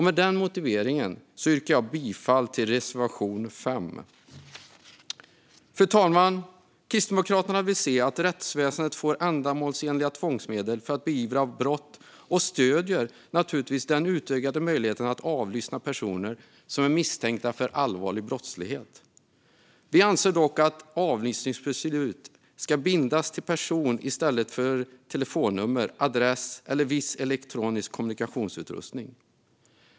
Med denna motivering yrkar jag bifall till reservation 5. Fru talman! Kristdemokraterna vill se att rättsväsendet får ändamålsenliga tvångsmedel för att beivra brott och stöder naturligtvis den utökade möjligheten att avlyssna personer som är misstänkta för allvarlig brottslighet. Vi anser dock att avlyssningsbeslut ska bindas till person i stället för till telefonnummer, adress eller viss elektronisk kommunikationsutrustning.